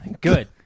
Good